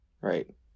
right